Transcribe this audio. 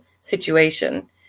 situation